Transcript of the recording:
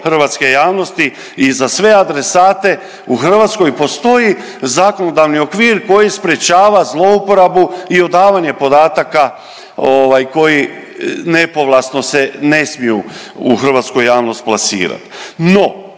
hrvatske javnosti i za sve adresate u Hrvatskoj postoji zakonodavni okvir koji sprječava zlouporabu i odavanje podataka koji nepovlasno se ne smiju u hrvatsku javnost plasirati.